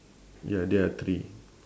ya there are three